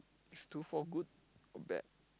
is two four good or bad